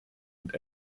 und